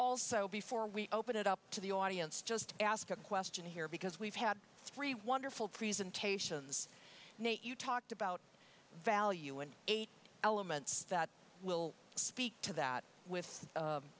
also before we open it up to the audience just ask a question here because we've had three wonderful presentations nate you talked about value and eight elements that will speak to that with